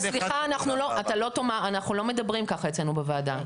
סליחה, אנחנו לא מדברים כך אצלנו בוועדה.